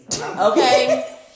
Okay